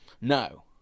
no